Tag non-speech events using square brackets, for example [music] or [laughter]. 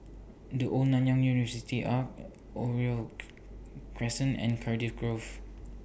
The Old Nanyang University Arch Oriole [noise] Crescent and Cardiff Grove